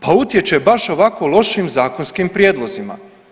Pa utječe baš ovako lošim zakonskim prijedlozima.